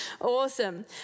awesome